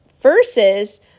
versus